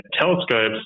telescopes